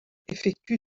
effectue